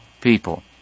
people